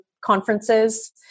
conferences